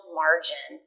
margin